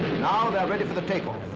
now they're ready for the takeoff.